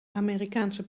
amerikaanse